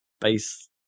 base